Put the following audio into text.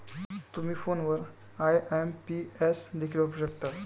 तुम्ही फोनवर आई.एम.पी.एस देखील वापरू शकता